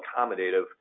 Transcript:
accommodative